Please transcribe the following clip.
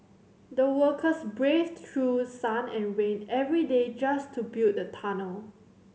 the workers braved through sun and rain every day just to build the tunnel